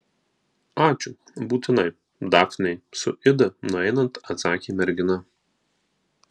ačiū būtinai dafnei su ida nueinant atsakė mergina